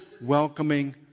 welcoming